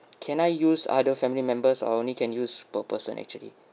can I use other family members or only can use per person actually